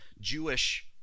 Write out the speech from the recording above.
Jewish